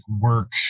work